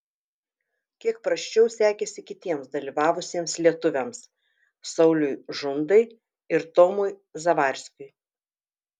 kiek prasčiau sekėsi kitiems dalyvavusiems lietuviams sauliui žundai ir tomui zavarskiui